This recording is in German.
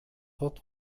wird